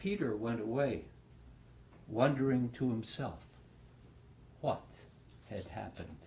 peter went away wondering to myself what had happened